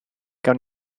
gawn